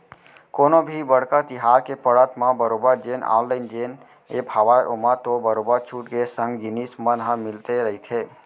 कोनो भी बड़का तिहार के पड़त म बरोबर जेन ऑनलाइन जेन ऐप हावय ओमा तो बरोबर छूट के संग जिनिस मन ह मिलते रहिथे